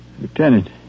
Lieutenant